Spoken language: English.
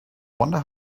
wonder